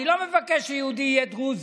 אני לא מבקש שיהודי יהיה דרוזי,